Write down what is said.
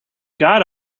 got